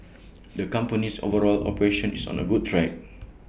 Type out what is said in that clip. the company's overall operation is on A good track